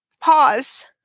pause